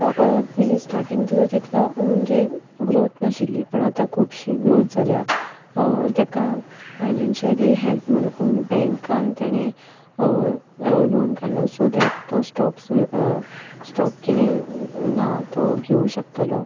तो पयलीं स्टार्टिंग तेचो तितलो म्हणजे ग्रॉथ नाशिल्ली पूण आतां खुबशी ग्रॉथ जाल्या तेका फाइनेनशियली हेल्प म्हणून बँकान ताणें लोन काडलो सो डॅट तो स्टॉक्स स्टॉक कितें ना घेवूं शकतलो